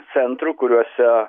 centrų kuriuose